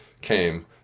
came